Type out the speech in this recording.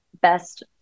best